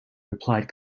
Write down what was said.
replied